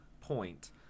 point